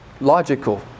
logical